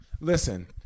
listen